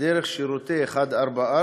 דרך שירותי 144,